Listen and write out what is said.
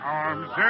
arms